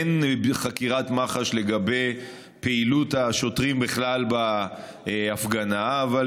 אין חקירת מח"ש לגבי פעילות השוטרים בהפגנה בכלל,